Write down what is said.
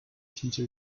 peter